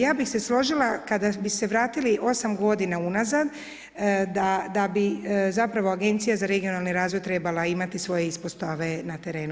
Ja bih se složila kada bi se vratili 8 godina unazad, da bi zapravo Agencija za regionalni razvoj trebala imati svoje ispostave na terenu.